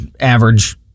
average